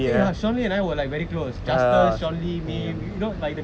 eh shaun lee and I were like very close juster shaun lee me you know like the gang